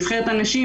נבחרת הנשים,